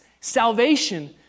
salvation